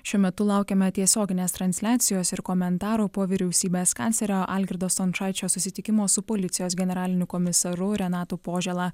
šiuo metu laukiame tiesioginės transliacijos ir komentaro po vyriausybės kanclerio algirdo stončaičio susitikimo su policijos generaliniu komisaru renatu požėla